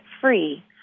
free